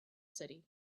city